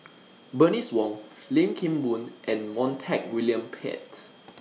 Bernice Wong Lim Kim Boon and Montague William Pett